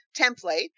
template